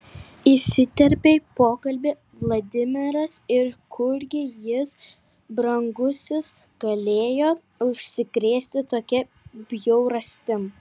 įsiterpė į pokalbį vladimiras ir kurgi jis brangusis galėjo užsikrėsti tokia bjaurastim